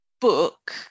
book